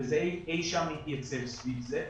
וזה אי שם התייצב סביב זה.